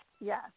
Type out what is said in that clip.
yes